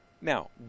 Now